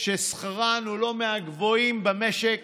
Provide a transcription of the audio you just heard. ששכרם הוא לא מהגבוהים במשק,